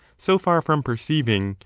so far from perceiving,